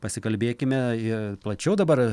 pasikalbėkime plačiau dabar